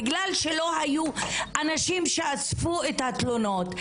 בגלל שלא היו אנשים שאספו את התלונות.